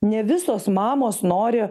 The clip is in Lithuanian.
ne visos mamos nori